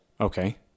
Okay